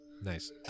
Nice